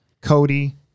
Cody